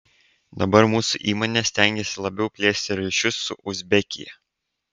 dabar mūsų įmonė stengiasi labiau plėsti ryšius su uzbekija